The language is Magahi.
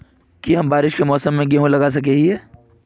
की हम बारिश के मौसम में गेंहू लगा सके हिए?